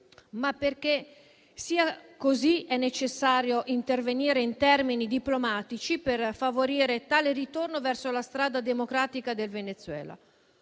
Ma, perché sia così, è necessario intervenire in termini diplomatici per favorire il ritorno verso la strada democratica del Venezuela.